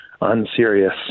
unserious